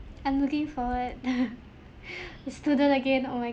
I'm looking forward a student again oh my